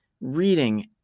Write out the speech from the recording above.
reading